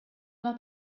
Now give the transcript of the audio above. una